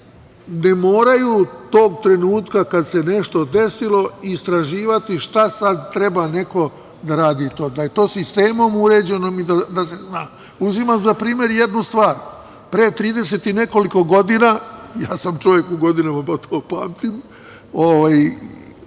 ne moraju tog trenutka kad se nešto desilo istraživati šta sad treba neko da radi, da je to sistemom uređeno i da se zna. Uzimam za primer jednu stvar. Pre 30 i nekoliko godina, ja sam čovek u godinama, pa to pamtim,